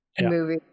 movie